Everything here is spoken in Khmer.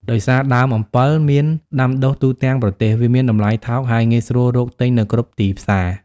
ដោយសារដើមអំពិលមានដាំដុះទូទាំងប្រទេស វាមានតម្លៃថោក ហើយងាយស្រួលរកទិញនៅគ្រប់ទីផ្សារ។